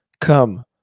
Come